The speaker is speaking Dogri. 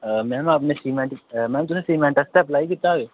मैम आपने सीमैटं मैम तुसें सीमैंट आस्तै अपलाई कीता हा केह्